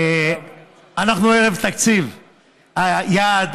אנחנו ערב תקציב, היעד.